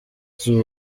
z’u